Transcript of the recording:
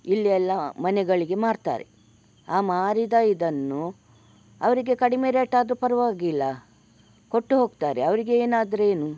ಇಲ್ಲಿ ಎಲ್ಲ ಮನೆಗಳಿಗೆ ಮಾರುತ್ತಾರೆ ಆ ಮಾರಿದ ಇದನ್ನು ಅವರಿಗೆ ಕಡಿಮೆ ರೇಟ್ ಆದ್ರೂ ಪರವಾಗಿಲ್ಲ ಕೊಟ್ಟು ಹೋಗ್ತಾರೆ ಅವರಿಗೆ ಏನಾದರೆ ಏನು